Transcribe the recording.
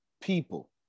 people